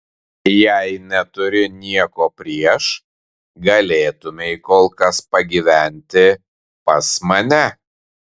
jei neturi nieko prieš galėtumei kol kas pagyventi pas mane